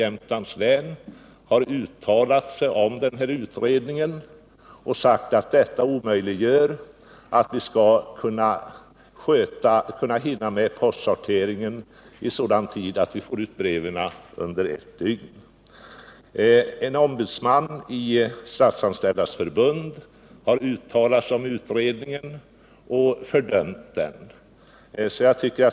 Postinspektören har uttalat sig med anledning av denna utredning och sagt, att ett genomförande av dess förslag skulle innebära att postsorteringen försenades så att breven omöjligen skulle kunna hinna fram till adressaten inom ett dygn. Jag vill också peka på att en ombudsman i Statsanställdas förbund som uttalat sig om utredningen har förkastat dess förslag.